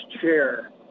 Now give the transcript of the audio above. chair